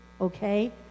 okay